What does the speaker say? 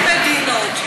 שתי מדינות,